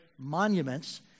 monuments